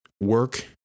work